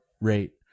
rate